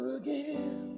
again